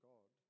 God